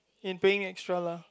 in paying extra lah